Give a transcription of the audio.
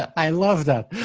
i love that.